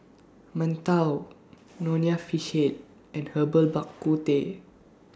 mantou Nonya Fish Head and Herbal Bak Ku Teh